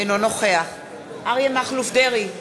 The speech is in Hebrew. אינו נוכח אריה מכלוף דרעי,